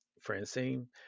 Francine